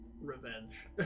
revenge